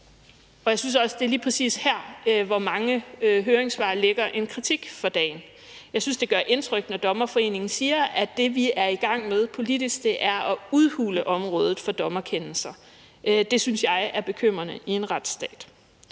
Og jeg synes også, det lige præcis er her, hvor mange høringssvar lægger en kritik for dagen. Jeg synes, det gør indtryk, når Dommerforeningen siger, at det, vi er i gang med politisk, er at udhule området for dommerkendelser. Det synes jeg er bekymrende i en retsstat.